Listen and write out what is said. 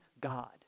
God